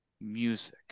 music